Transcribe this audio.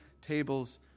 tables